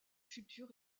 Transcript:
future